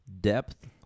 depth